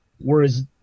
Whereas